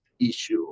issue